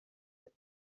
with